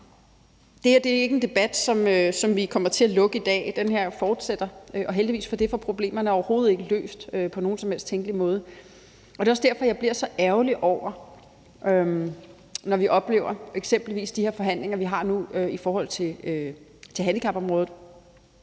Det her er ikke en debat, som vi kommer til at lukke i dag. Den fortsætter, og heldigvis for det, for problemerne er overhovedet ikke løst på nogen som helst tænkelig måde. Det er også derfor, jeg bliver så ærgerlig, når vi eksempelvis oplever de forhandlinger, vi har nu, i forhold til handicapområdet,